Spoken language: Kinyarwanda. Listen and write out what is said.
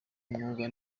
umwuga